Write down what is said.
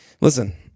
listen